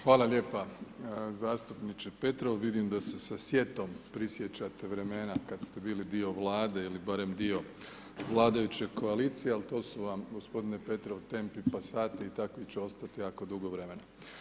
Hvala lijepa zastupniče Petrov, vidim da se sa sjetom prisjećate vremena kada ste bili dio Vlade ili barem dio vladajuće koalicije, ali to su vam gospodine Petrov tempi pasati i takvi će ostati jako dugo vremena.